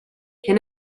can